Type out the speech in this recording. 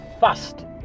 fast